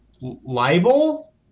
libel